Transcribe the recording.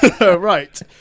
Right